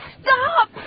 Stop